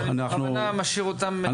בכוונה אני משאיר אותם לסוף.